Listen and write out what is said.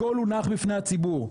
הכל הונח בפני הציבור,